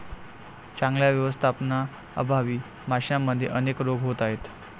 चांगल्या व्यवस्थापनाअभावी माशांमध्ये अनेक रोग होत आहेत